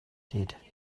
did